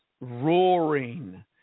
roaring